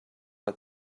out